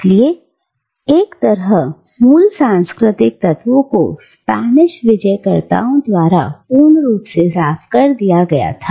इसलिए एक तरह मूल सांस्कृतिक तत्वों को स्पेनिश विजय कर्ताओं द्वारा पूर्ण रूप से साफ कर दिया गया था